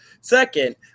Second